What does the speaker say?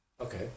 Okay